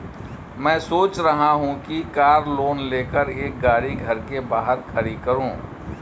मैं सोच रहा हूँ कि कार लोन लेकर एक गाड़ी घर के बाहर खड़ी करूँ